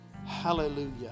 Hallelujah